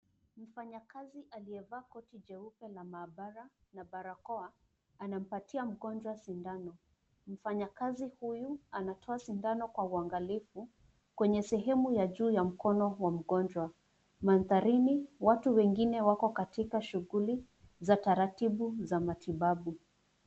Mfanyakazi aliyevaa koti jeupe la maabara na barakoa anampatia mgonjwa sindano. Mfanyakazi huyu anatoa sindano kwa uagalifu kwenye sehemu ya juu ya mkono wa mgonjwa. Mandharini, watu wengine wako katika shughuli za taratibu za matibabu.